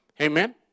Amen